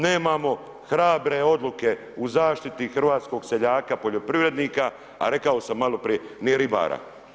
Nemamo hrabre odluke u zaštiti hrvatskog seljaka, poljoprivrednika, a rekao sam maloprije ni ribara.